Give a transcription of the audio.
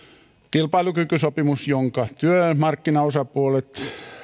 kilpailukykysopimus jonka työmarkkinaosapuolet